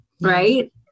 Right